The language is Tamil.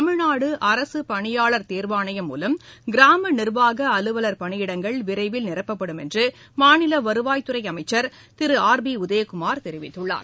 தமிழ்நாடுஅரசுப் பணியாளர் தேர்வாணையத்தின் மூலம் கிராமநிர்வாகஅலுவல் பணியிடங்கள் விரைவில் நிரப்பப்படும் என்றுவருவாய்த்துறைஅமைச்சர் திருஆர் பிடதயகுமார் தெரிவித்தார்